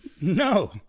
No